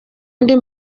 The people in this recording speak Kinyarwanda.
indi